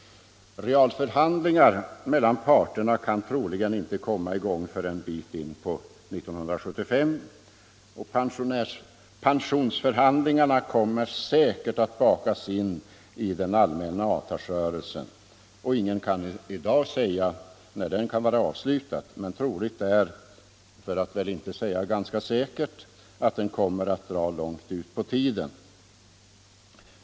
Realförhandlingar mellan parterna kan troligen inte komma i gång förrän en bit in på 1975. Pensionsförhandlingarna kommer säkert att bakas in den allmänna avtalsrörelsen. Ingen kan i dag säga när den kan vara avslutad, men troligt — för att inte säga säkert — är att den kommer att dra långt ut på tiden.